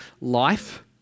life